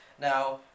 Now